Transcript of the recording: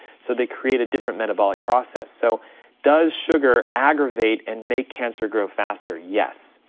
so they create a different metabolic process. so does sugar aggravate and make cancer grow faster, yes.